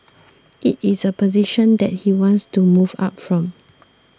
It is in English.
it is a position that he wants to move up from